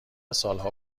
سالها